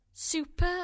Super